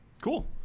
Cool